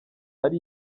ari